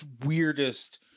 weirdest